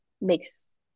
makes